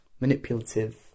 manipulative